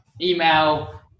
Email